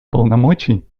полномочий